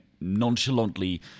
nonchalantly